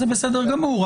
זה בסדר גמור,